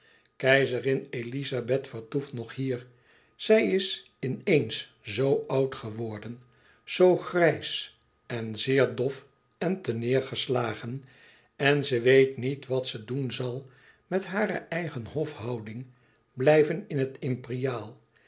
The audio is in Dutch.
keizerin elizabeth vertoeft nog hier zij is in eens zoo oud geworden zoo grijs en zeer dof en terneêrgeslagen en ze weet niet wat ze doen zal met hare eigen hofhouding blijven in het